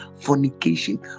fornication